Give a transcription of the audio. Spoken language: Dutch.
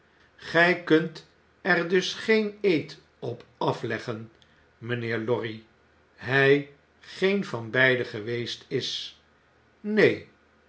gii kunt er dus geen eed op afleggen rmj'nheer lorry hij geen van beiden geweest is